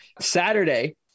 Saturday